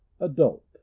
Adult